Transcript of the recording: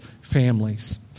families